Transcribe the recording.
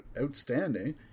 outstanding